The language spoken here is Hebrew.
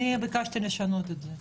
אני ביקשתי לשנות את זה.